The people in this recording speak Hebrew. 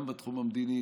גם בתחום המדיני,